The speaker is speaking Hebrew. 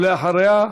אחריה,